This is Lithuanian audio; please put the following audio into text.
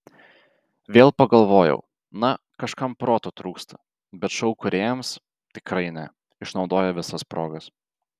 vėl pagalvojau na kažkam proto trūksta bet šou kūrėjams tikrai ne išnaudoja visas progas